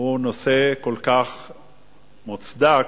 הוא כל כך מוצדק,